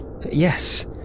Yes